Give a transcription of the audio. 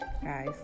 Guys